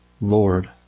lord